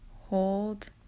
Hold